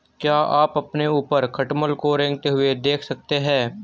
क्या आप अपने ऊपर खटमल को रेंगते हुए देख सकते हैं?